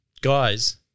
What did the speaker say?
Guys